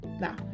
Now